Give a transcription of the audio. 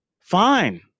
fine